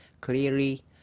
clearly